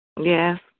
Yes